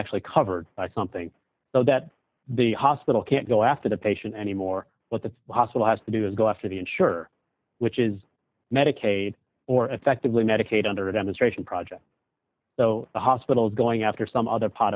actually cover something so that the hospital can't go after the patient anymore what that hospital has to do is go after the insurer which is medicaid or effectively medicaid under demonstration project the hospital is going after some other p